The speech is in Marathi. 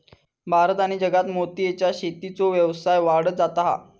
भारत आणि जगात मोतीयेच्या शेतीचो व्यवसाय वाढत जाता हा